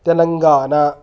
Telangana